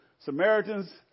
Samaritans